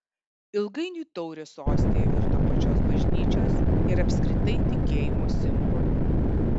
ilgainiui taurė su ostija virto pačios bažnyčios ir apskritai tikėjimo simboliu